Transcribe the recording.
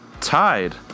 tied